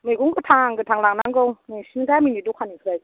मैगं गोथां गोथां लानांगौ नोंसिनि गामिनि दखानिफ्राय